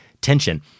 tension